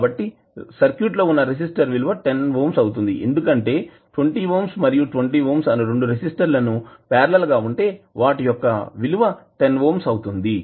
కాబట్టి సర్క్యూట్లో వున్నా రెసిస్టర్ విలువ 10 ఓం అవుతుంది ఎందుకంటే 20 ఓం మరియు 20 ఓం అను రెండు రెసిస్టర్ లు పార్లల్ గా ఉంటే వాటి యొక్క విలువ 10 ఓం అవుతుంది